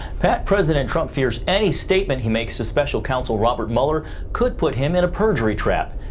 pat, president trump fears any statement he makes to special counsel robert mueller could put him in a perjury trap.